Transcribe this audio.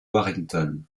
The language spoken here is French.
warrington